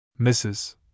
Mrs